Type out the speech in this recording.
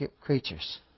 creatures